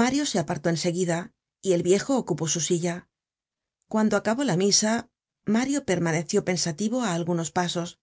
mario se apartó en seguida y el viejo ocupó su silla cuando acabó la misa mario permaneció pensativo á algunos pasos